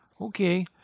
okay